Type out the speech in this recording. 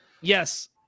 yes